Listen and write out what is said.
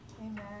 amen